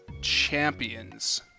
champions